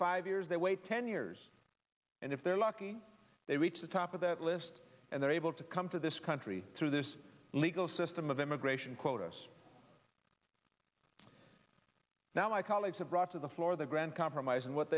five years they wait ten years and if they're lucky they reach the top of that list and they're able to come to this country through this legal system of immigration quotas now my colleagues have brought to the floor of the grand compromise and what